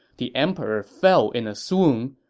the emperor fell in a swoon.